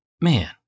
man